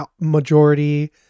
majority